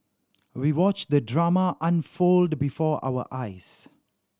we watched the drama unfold before our eyes